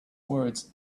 words